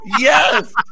yes